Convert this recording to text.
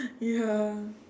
ya